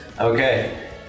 Okay